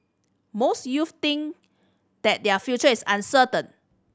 most youths think that their future is uncertain